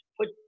put